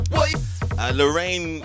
Lorraine